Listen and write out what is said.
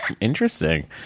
Interesting